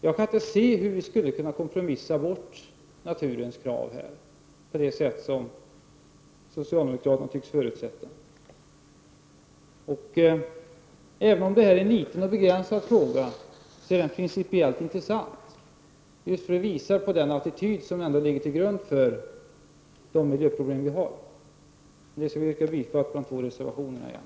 Jag kan inte se hur vi skulle kunna kompromissa bort naturens krav på det sätt som socialdemokraterna tycks förutsätta. Även om detta är en liten och begränsad fråga är den principiellt intressant, just för att den visar på den attityd som ligger till grund för de miljöproblem vi har. Jag vill yrka bifall till de två reservationerna igen.